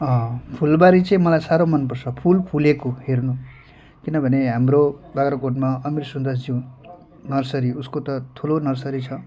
अँ फुलबारी चाहिँ मलाई साह्रो मनपर्छ फुल फुलेको हेर्नु किनभने हाम्रो बाग्राकोटमा अमीर सुन्दासज्यू नर्सरी उसको त ठुलो नर्सरी छ